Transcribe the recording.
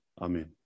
Amen